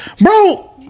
bro